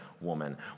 woman